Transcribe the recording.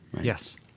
Yes